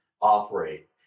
operate